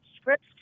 scripts